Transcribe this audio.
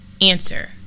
Answer